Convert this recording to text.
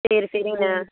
சரி சரிங்கண்ணே